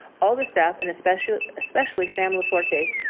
all the staff and especially especially samuellaforte,